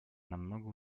намного